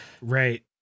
Right